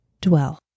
dwell